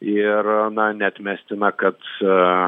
ir na neatmestina kad